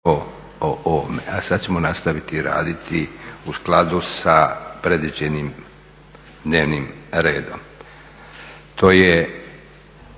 (SDP)** A sada ćemo nastaviti raditi u skladu sa predviđenim dnevnim redom. To je